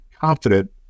confident